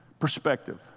Perspective